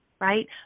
right